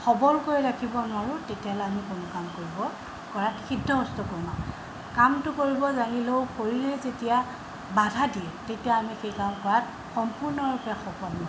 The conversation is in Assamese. সবল কৰি ৰাখিব নোৱাৰোঁ তেতিয়াহ'লে আমি কোনো কাম কৰিব কৰা সিদ্ধহস্ত কৰিব নোৱাৰোঁ কামটো কৰিব জানিলেও শৰীৰে যেতিয়া বাধা দিয়ে তেতিয়া আমি সেই কাম কৰাত সম্পূৰ্ণৰূপে সফল নহওঁ